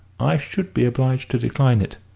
i should be obliged to decline it.